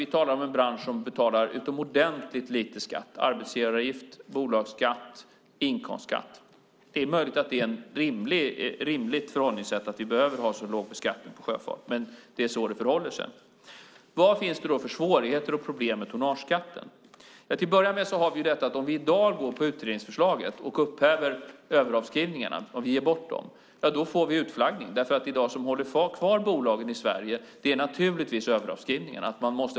Vi talar om en bransch som betalar utomordentligt lite skatt, arbetsgivaravgift, bolagsskatt och inkomstskatt. Det är möjligt att det är ett rimligt förhållningssätt och att vi behöver ha så låg beskattning på sjöfart. Det är så det förhåller sig. Vilka svårigheter och problem finns då med tonnageskatten? Till att börja med har vi detta att om vi i dag går på utredningsförslaget och upphäver överavskrivningarna, om vi ger bort dem, får vi utflaggning. Det som håller kvar bolagen i Sverige är naturligtvis överavskrivningarna.